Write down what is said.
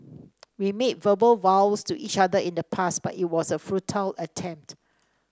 we made verbal vows to each other in the past but it was a futile attempt